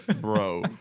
Bro